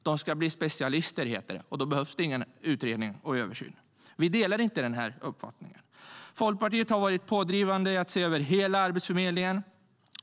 De ska bli specialister, heter det, och då behövs ingen utredning eller översyn. Vi delar inte den uppfattningen. Folkpartiet har varit pådrivande i att se över hela Arbetsförmedlingen.